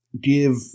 give